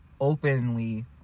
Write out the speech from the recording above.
openly